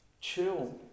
Chill